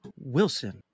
wilson